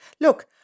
look